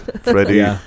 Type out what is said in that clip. Freddie